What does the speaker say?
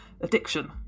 addiction